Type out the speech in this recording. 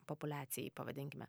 populiacijai pavadinkime